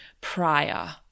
prior